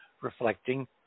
reflecting